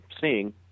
seeing